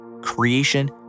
creation